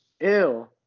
ew